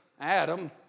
Adam